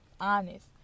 Honest